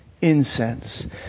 incense